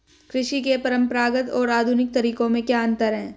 कृषि के परंपरागत और आधुनिक तरीकों में क्या अंतर है?